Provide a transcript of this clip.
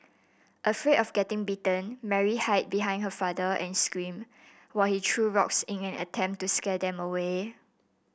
afraid of getting bitten Mary hid behind her father and screamed while he threw rocks in an attempt to scare them away